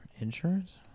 insurance